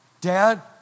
Dad